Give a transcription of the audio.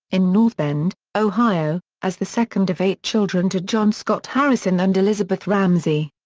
in north bend, ohio, as the second of eight children to john scott harrison and elizabeth ramsey.